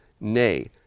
nay